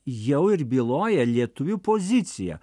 jau ir byloja lietuvių poziciją